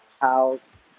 house